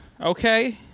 Okay